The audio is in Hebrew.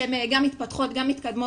שהן גם מתפתחות גם מתקדמות.